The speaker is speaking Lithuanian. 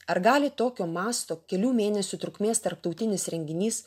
ar gali tokio masto kelių mėnesių trukmės tarptautinis renginys